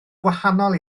gwahanol